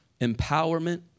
empowerment